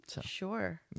Sure